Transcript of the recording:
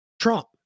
Trump